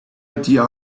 idea